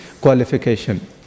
qualification